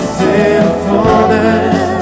sinfulness